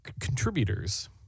contributors